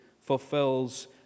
fulfills